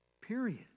period